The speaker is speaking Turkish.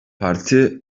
parti